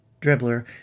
Dribbler